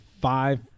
five